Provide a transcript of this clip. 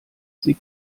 sie